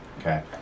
Okay